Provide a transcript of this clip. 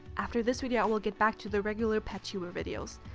after this video i will get back to the regular pettuber videos.